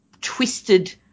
twisted